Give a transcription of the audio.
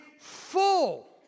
full